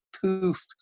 poof